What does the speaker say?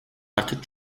artık